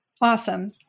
Awesome